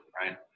right